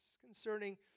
concerning